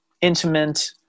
intimate